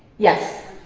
yes?